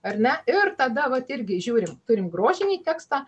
ar ne ir tada vat irgi žiūrim turim grožinį tekstą